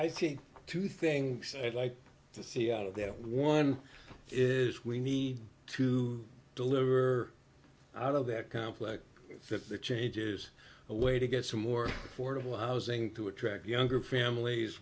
i think two things i'd like to see out of that one is we need to deliver out of that complex that there changers a way to get some more affordable housing to attract younger families